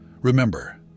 remember